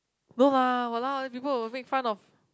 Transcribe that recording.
no lah !walao! then people will make fun of